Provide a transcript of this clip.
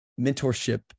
mentorship